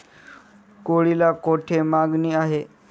केळीला कोठे मागणी आहे?